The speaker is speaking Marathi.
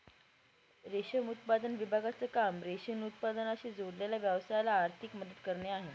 रेशम उत्पादन विभागाचं काम रेशीम उत्पादनाशी जोडलेल्या व्यवसायाला आर्थिक मदत करणे आहे